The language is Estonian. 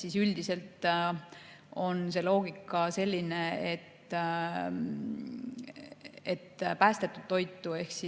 siis üldiselt on loogika selline, et päästetud toitu ehk